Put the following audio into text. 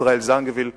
ישראל זנגוויל ואחרים.